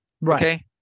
Right